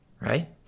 right